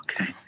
Okay